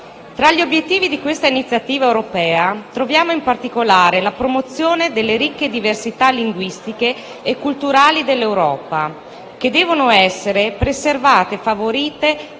Tra gli obiettivi di questa iniziativa europea, troviamo in particolare la promozione delle ricche diversità linguistiche e culturali dell'Europa, che devono essere preservate e favorite